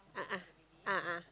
a'ah a'ah